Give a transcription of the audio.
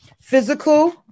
Physical